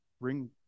bring